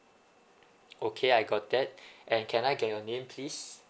okay I got that and can I get your name please